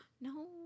No